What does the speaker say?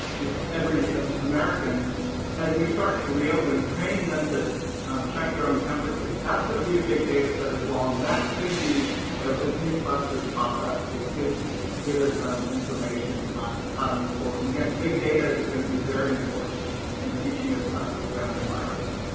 you know every um american as we start to reopen. training them to um check their own temperatures, that's going to be a big data set as well. that could be you know as new clusters pop up, it could give us um information on how to move forward. and again, big data is going to be very important in teaching us about this brand new virus.